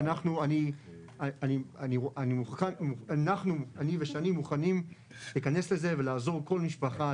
אני ושני מוכנים להיכנס לזה ולעזור לכל משפחה,